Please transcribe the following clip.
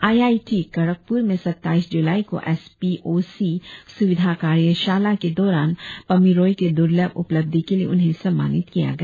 I I T Kharagpur में सट्टाईश जुलाई को एस पी ओ सी सुविधा कार्यशाला के दौरान पमिर रोई के दुर्लभ उपलब्धि के लिए उन्हें सम्मानित किया गया